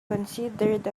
considered